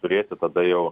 turėti tada jau